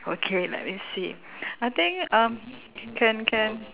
okay let me see I think um can can